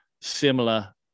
similar